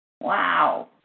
wow